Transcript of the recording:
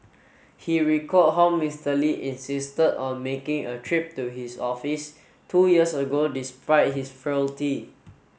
he recalled how Mister Lee insisted on making a trip to his office two years ago despite his